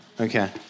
Okay